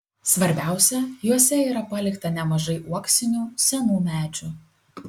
svarbiausia juose yra palikta nemažai uoksinių senų medžių